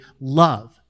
love